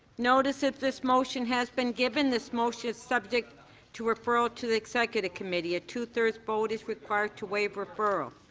notice of this motion has been given. this motion is subject to referral to the executive committee. a two thirds vote is required to waive referral.